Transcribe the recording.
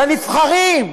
לנבחרים,